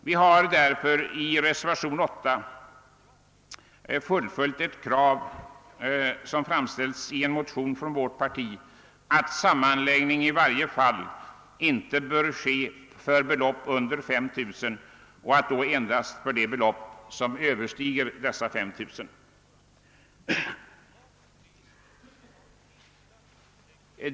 Vi har därför i reservationen 8 fullföljt ett krav i en motion från vårt parti om att sammanläggning i varje fall inte bör ske för belopp under 5 000 kr. och då endast för det belopp som överstiger dessa 5 000 kr.